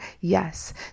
Yes